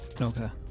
Okay